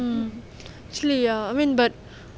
mm actually ya I mean but